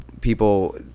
people